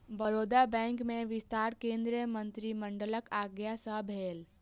Baroda bank में विस्तार केंद्रीय मंत्रिमंडलक आज्ञा सँ भेल